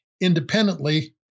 independently